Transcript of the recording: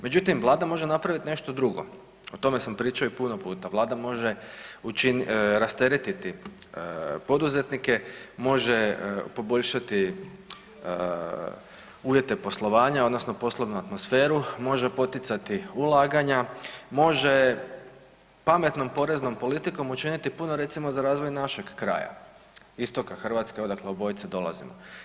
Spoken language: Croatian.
Međutim, Vlada može napraviti nešto drugo, o tome smo pričali puno puta, Vlada može rasteretiti poduzetnike, može poboljšati uvjete poslovanja odnosno poslovnu atmosferu, može poticati ulaganja, može pametnom poreznom politikom učiniti puno recimo za razvoj našeg kraja istoka Hrvatske odakle obojica dolazimo.